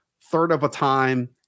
third-of-a-time